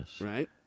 right